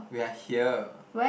we are here